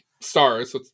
stars